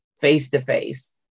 face-to-face